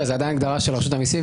זה עדיין הגדרה של רשות המסים.